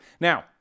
Now